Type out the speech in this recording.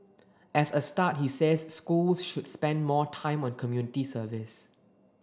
as a start he says schools should spend more time on community service